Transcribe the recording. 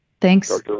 Thanks